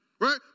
Right